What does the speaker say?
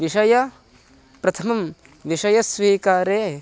विषयं प्रथमं विषयं स्वीकार्य